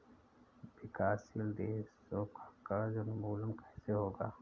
विकासशील देशों का कर्ज उन्मूलन कैसे होगा?